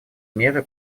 меры